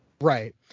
Right